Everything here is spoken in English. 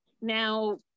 Now